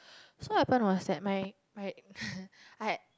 so what happen was that my my I had